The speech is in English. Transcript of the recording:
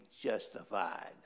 justified